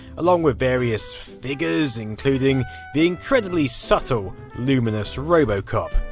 along with various figures, including the incredibly subtle luminous robocop.